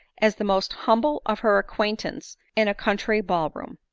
as the most humble of her acquaintance in a country ball-room.